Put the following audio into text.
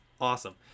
awesome